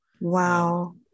Wow